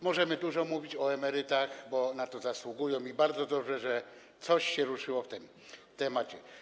Możemy dużo mówić o emerytach, bo na to zasługują, i bardzo dobrze, że coś się ruszyło w tym temacie.